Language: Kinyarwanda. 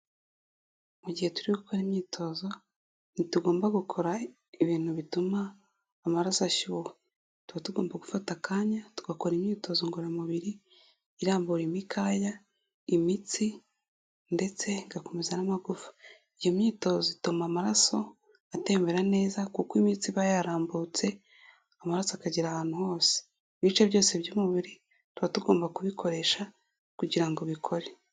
Mu gihe turi gukora imyitozo, ntitugomba gukora ibintu bituma amaraso ashyuha. Tuba tugomba gufata akanya tugakora imyitozo ngororamubiri irambura imikaya, imitsi ndetse igakomeza n'amagufa. Iyo myitozo ituma amaraso atembera neza kuko imitsi iba yarambutse, amaraso akagera ahantu hose. Ibice byose by'umubiri, tuba tugomba kubikoresha kugira ngo bikore.